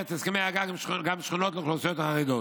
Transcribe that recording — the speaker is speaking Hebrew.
הסכמי הגג גם שכונות לאוכלוסייה החרדית.